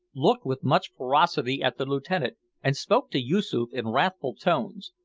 looked with much ferocity at the lieutenant and spoke to yoosoof in wrathful tones,